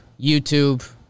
YouTube